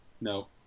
No